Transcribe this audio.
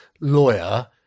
lawyer